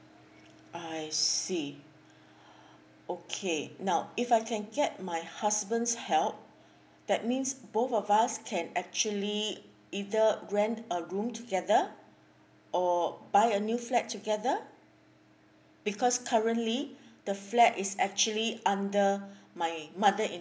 I see okay now if I can get my husband's help that means both of us can actually either rent a room together or buy a new flat together because currently the flat is actually under my mother in law